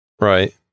right